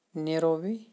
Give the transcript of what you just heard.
Nairobi